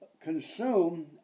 consume